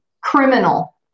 Criminal